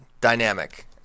Dynamic